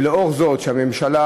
ולאור זאת שהממשלה,